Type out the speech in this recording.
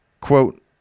Quote